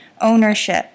ownership